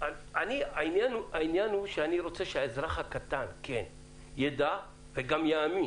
העניין הוא שאני רוצה שהאזרח הקטן ידע וגם יאמין.